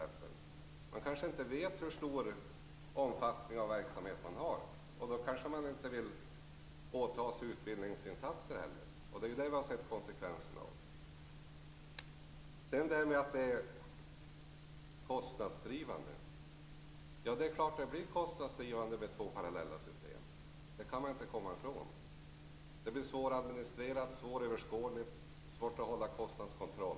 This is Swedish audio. Man kanske inte vet hur stor omfattning verksamheten kommer att ha. Då kanske man inte vill åta sig utbildningsinsatser. Det har vi sett konsekvenserna av. Det är klart att det blir kostnadsdrivande med två parallella system. Det kan man inte komma ifrån. Det blir svåradministrerat, svåröverskådligt och svårt att ha kostnadskontroll.